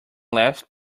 left